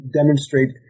demonstrate